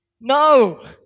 No